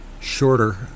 shorter